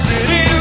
City